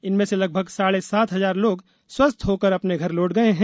इनमें से लगभग साढ़े सात हजार लोग स्वस्थ्य होकर अपने घर लौट गये हैं